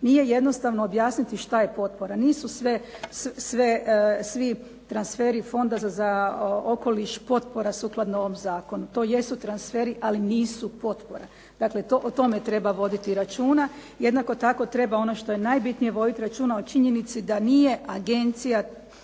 Nije jednostavno objasniti šta je potpora. Nisu svi transferi fonda za okoliš potpora sukladno ovom zakonu. To jesu transferi, ali nisu potpora. Dakle o tome treba voditi računa. Jednako tako treba ono što je najbitnije voditi računa o činjenici da nije agencija